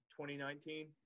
2019